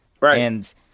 Right